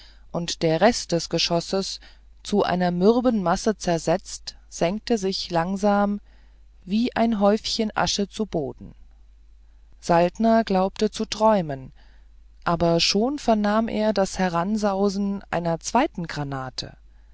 und der rest des geschosses zu einer mürben masse zersetzt senkte sich langsam wie ein häufchen asche zu boden saltner glaubte zu träumen aber schon vernahm er das heransausen einer zweiten granate